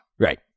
right